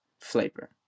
flavor